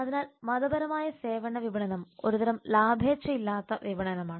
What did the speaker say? അതിനാൽ മതപരമായ സേവന വിപണനം ഒരുതരം ലാഭേച്ഛയില്ലാത്ത വിപണനമാണ്